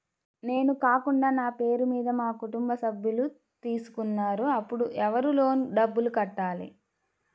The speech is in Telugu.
నేను కాకుండా నా పేరు మీద మా కుటుంబ సభ్యులు తీసుకున్నారు అప్పుడు ఎవరు లోన్ డబ్బులు కట్టాలి?